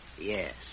Yes